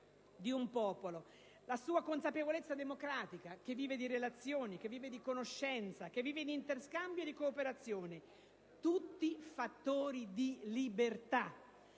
di un popolo, la sua consapevolezza democratica che vive di relazioni, di conoscenza, di interscambio e di cooperazione: tutti fattori di libertà